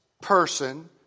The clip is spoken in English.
person